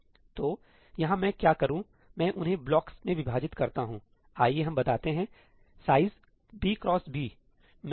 तो यहाँ मैं क्या करूँ मैं उन्हें ब्लॉकस में विभाजित करता हूँआइए हम बताते हैं साइज 'b x b '